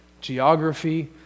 geography